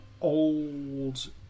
old